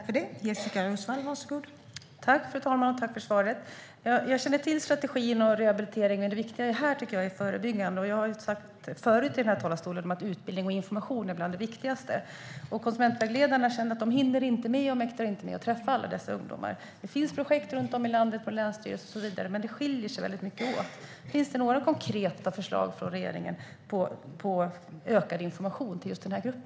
Fru talman! Jag tackar statsrådet för svaret. Jag känner till strategin och rehabilitering, men det viktiga här är det förebyggande. Jag har förut i talarstolen sagt att utbildning och information är bland det viktigaste, men konsumentvägledarna hinner inte och mäktar inte med att träffa alla dessa ungdomar. Det finns projekt runt om i landet på länsstyrelser och så vidare, men det skiljer sig mycket åt. Finns det några konkreta förslag från regeringen på ökad information till just denna grupp?